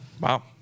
Wow